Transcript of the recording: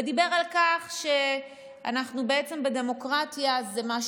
הוא דיבר על כך שבעצם בדמוקרטיה זה בעצם